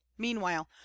Meanwhile